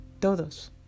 Todos